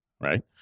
right